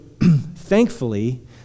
thankfully